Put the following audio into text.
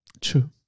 True